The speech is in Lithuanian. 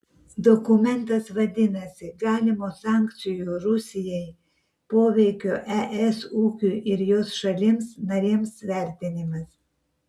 dokumentas vadinasi galimo sankcijų rusijai poveikio es ūkiui ir jos šalims narėms vertinimas